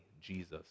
Jesus